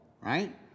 right